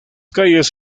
calles